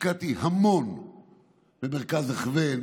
השקעתי המון במרכז הכוון,